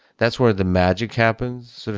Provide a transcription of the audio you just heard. that's where the magic happens, sort of